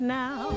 now